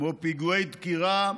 כמו פיגועי דקירה,